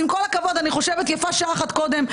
עם כל הכבוד, אני חושבת שיפה שעה אחת קודם.